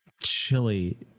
Chili